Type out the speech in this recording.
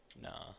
Nah